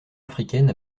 africaine